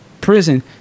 prison